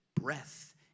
breath